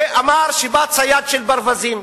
ואמר שבא צייד של ברווזים,